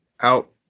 out